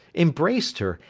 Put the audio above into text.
embraced her,